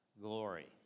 glory